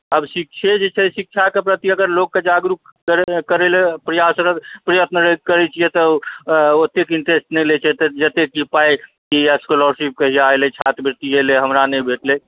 आब शिक्षे जे छै शिक्षाके प्रति अगर लोककेँ जागरूक करै लऽ प्रयासरत प्रयत्न करैत छियै तऽ ओतेक इंटरेस्ट नहि लै छै जते कि पाइ या स्कॉलरशिप कहिआ एलै छात्रवृत्ति एलै हमरा नहि भेटलै